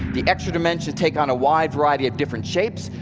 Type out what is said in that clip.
the extra dimensions take on a wide variety of different shapes.